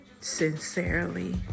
Sincerely